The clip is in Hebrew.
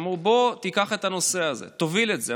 אמרו: בוא, תיקח את הנושא הזה, תוביל את זה.